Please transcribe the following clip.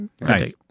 Nice